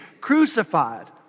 crucified